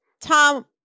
Tom